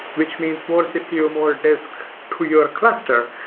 which means more cpu, more disk to your cluster.